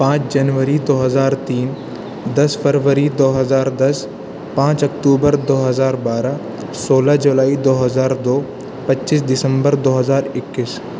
پانچ جنوری دو ہزار تین دس فروری دو ہزار دس پانچ اکتوبر دو ہزار بارہ سولہ جولائی دو ہزار دو پچیس دسمبر دو ہزار اکیس